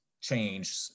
change